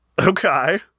okay